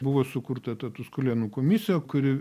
buvo sukurta ta tuskulėnų komisija kuri